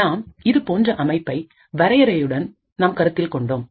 நாம் இதுபோன்ற அமைப்பை வரையறையுடன் நாம் கருத்தில் கொண்டோம்